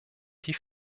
die